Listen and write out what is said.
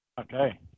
Okay